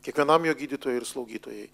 kiekvienam jo gydytojai ir slaugytojai